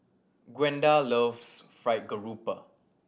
Gwenda loves fry garoupa